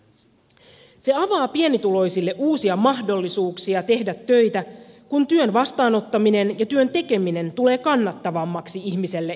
se avaa pienituloisille uusia mahdollisuuksia tehdä töitä kun työn vastaanottaminen ja työn tekeminen tulee kannattavammaksi ihmiselle itselleen